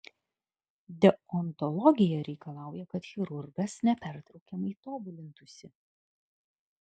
deontologija reikalauja kad chirurgas nepertraukiamai tobulintųsi